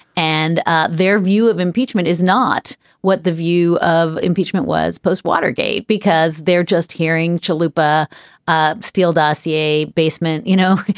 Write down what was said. and ah their view of impeachment is not what the view of impeachment was, post-watergate because they're just hearing chalupa ah steele dossier basement, you know,